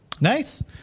nice